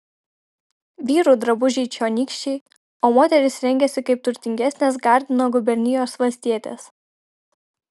vyrų drabužiai čionykščiai o moterys rengiasi kaip turtingesnės gardino gubernijos valstietės